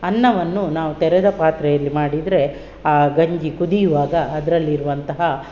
ಅನ್ನವನ್ನು ನಾವು ತೆರೆದ ಪಾತ್ರೆಯಲ್ಲಿ ಮಾಡಿದರೆ ಆ ಗಂಜಿ ಕುದಿಯುವಾಗ ಅದರಲ್ಲಿರುವಂತಹ